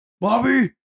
Bobby